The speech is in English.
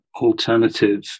alternative